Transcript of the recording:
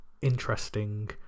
interesting